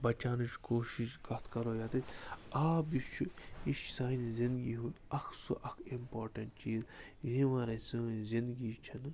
بَچاونٕچ کوٗشِش کَتھ کَرو ییٚتیٚتھ آب یُس چھُ یہِ چھُ سانہِ زِنٛدگی ہُنٛد اَکھ سُہ اَکھ اِمپارٹیٚنٛٹ چیٖز ییٚمہِ وَرٲے سٲنۍ زِندگی چھَنہٕ